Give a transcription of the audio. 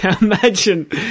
Imagine